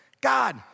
God